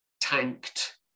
tanked